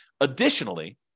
Additionally